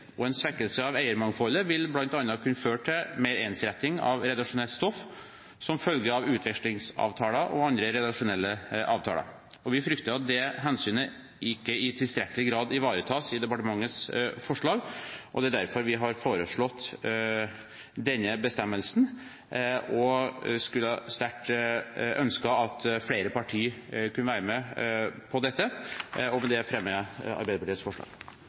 ytringsfrihet. En svekkelse av eiermangfoldet vil bl.a. kunne føre til mer ensretting av redaksjonelt stoff, som følge av utvekslingsavtaler og andre redaksjonelle avtaler. Vi frykter at det hensynet ikke i tilstrekkelig grad ivaretas i departementets forslag, og det er derfor vi har foreslått denne bestemmelsen. Vi skulle sterkt ønsket at flere partier kunne vært med på dette. Med dette fremmer jeg Arbeiderpartiets forslag.